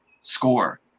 score